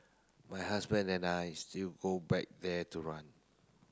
my husband and I still go back there to run